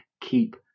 keep